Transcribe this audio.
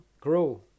grow